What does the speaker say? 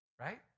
right